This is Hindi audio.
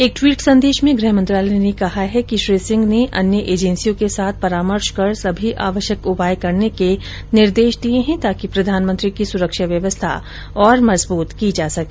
एक ट्वीट संदेश में गृह मंत्रालय ने कहा है कि श्री सिंह ने अन्य एजेंसियों के साथ परामर्श कर सभी आवश्यक उपाय करने के निर्देश दिए हैं ताकि प्रधानमंत्री की सुरक्षा व्यवस्था और मजबूत की जा सके